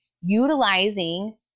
utilizing